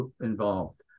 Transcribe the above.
involved